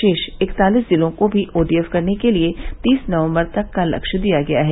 शेष इकतालीस जिलों को भी ओडीएफ करने के लिए तीस नवम्बर तक का लक्ष्य दिया गया है